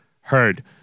Heard